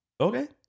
Okay